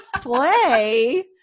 Play